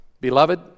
Beloved